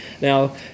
Now